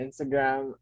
Instagram